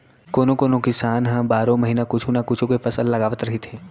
कोनो कोनो किसान ह बारो महिना कुछू न कुछू के फसल लगावत रहिथे